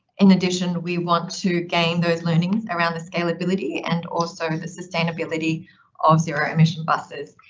in addition, we want to gain those learnings around the scalability and also the sustainability of zero emission buses.